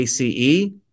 ACE